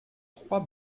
trois